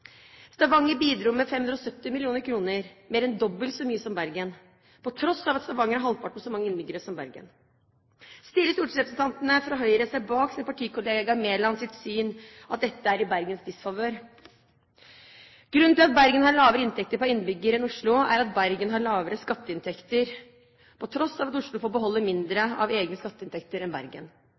Stavanger bidro med 570 mill. kr, mer enn dobbelt så mye som Bergen, på tross av at Stavanger har halvparten så mange innbyggere som Bergen. Stiller stortingsrepresentantene fra Høyre seg bak sin partikollega Mælands syn om at dette er i Bergens disfavør? Grunnen til at Bergen har lavere inntekt per innbygger enn Oslo er at Bergen har lavere skatteinntekter, på tross av at Oslo får beholde mindre av egne skatteinntekter enn Bergen.